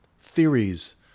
theories